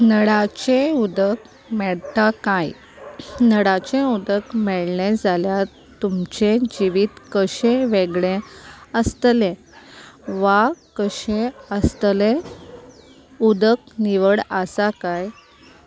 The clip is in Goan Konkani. नळाचें उदक मेट्टा काय नळाचें उदक मेळ्ळें जाल्यार तुमचें जिवीत कशें वेगळें आसतलें वा कशें आसतलें उदक निवड आसा काय